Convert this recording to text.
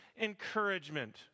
encouragement